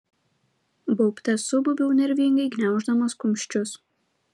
baubte subaubiau nervingai gniauždamas kumščius